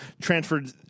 transferred